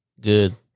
good